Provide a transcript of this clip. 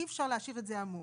אי אפשר להשאיר את זה עמום.